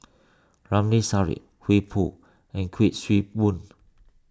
Ramli Sarip Hoey and Kuik Swee Boon